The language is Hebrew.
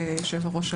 יושב-הראש,